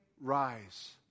rise